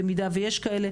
במידה ויש כאלה,